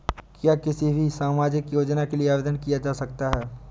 क्या किसी भी सामाजिक योजना के लिए आवेदन किया जा सकता है?